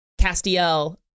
Castiel